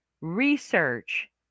research